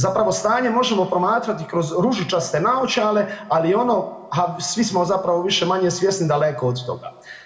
Zapravo stanje možemo promatrati kroz ružičaste naočale ali i ono a svi smo zapravo više-manje svjesni daleko od toga.